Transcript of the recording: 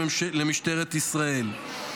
למשטרת ישראל,